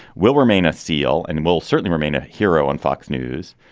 will remain a seal and will certainly remain a hero on fox news.